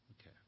Okay